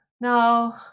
now